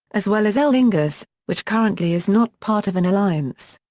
as well as aer lingus, which currently is not part of an alliance.